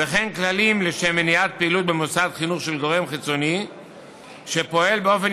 וכן כללים לשם מניעת פעילות במוסד חינוך של גורם חיצוני הפועל באופן